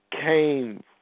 came